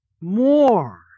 more